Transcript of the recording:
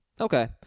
Okay